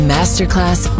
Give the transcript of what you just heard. Masterclass